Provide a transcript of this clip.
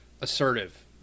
assertive